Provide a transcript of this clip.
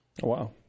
wow